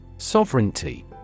Sovereignty